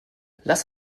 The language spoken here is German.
lass